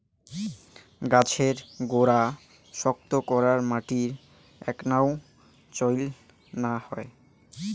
গছের গোড়া শক্ত করার মাটি এ্যাকনাও চইল না হই